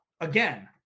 again